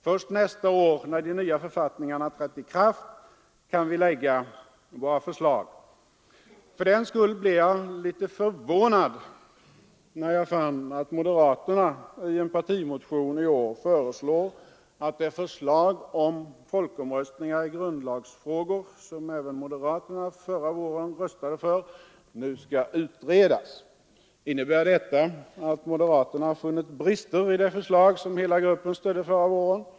Först nästa år, när de nya författningarna trätt i kraft, kan vi lägga fram våra förslag. Fördenskull blev jag litet förvånad när jag fann att moderaterna i en partimotion i år begär att det förslag om folkomröstningar i grundlagsfrågor som även moderaterna förra våren röstade för nu skall utredas. Innebär detta att moderaterna nu funnit brister i det förslag som hela gruppen stödde förra våren?